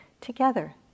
together